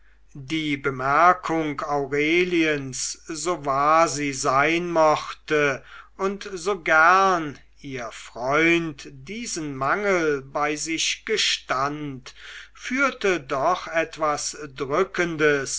die bemerkung aureliens so wahr sie sein mochte und so gern ihr freund diesen mangel bei sich gestand führte doch etwas drückendes